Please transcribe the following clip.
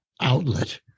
outlet